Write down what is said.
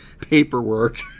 paperwork